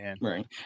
Right